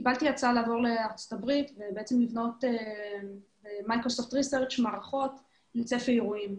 קיבלתי הצעה לעבור לארצות הברית ולבנות מערכות לצפי אירועים.